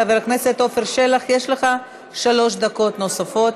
חבר הכנסת עפר שלח, יש לך שלוש דקות נוספות.